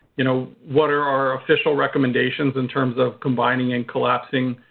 you know, what are our official recommendations in terms of combining and collapsing,